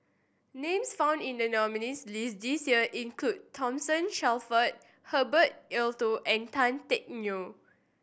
names found in the nominees' list this year include Thomas Shelford Herbert Eleuterio and Tan Teck Neo